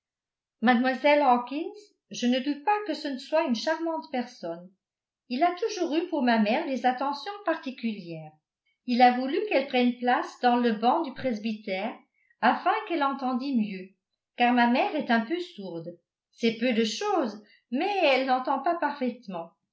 mlle hawkins je ne doute pas que ce ne soit une charmante personne il a toujours eu pour ma mère des attentions particulières il a voulu qu'elle prenne place dans le banc du presbytère afin qu'elle entendît mieux car ma mère est un peu sourde c'est peu de chose mais elle n'entend pas parfaitement